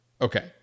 Okay